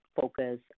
focus